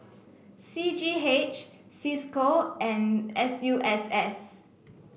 C G H Cisco and S U S S